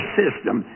system